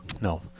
No